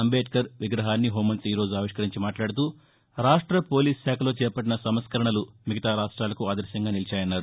అంబేద్కర్ విగ్రహాన్ని హోంమంత్రి ఈ రోజు ఆవిష్కరించి మాట్లాడుతూ రాష్ట పోలీస్ శాఖలో చేపట్లిన సంస్కరణలు మిగతా రాష్ట్రాలకు ఆదర్శంగా నిలిచాయన్నారు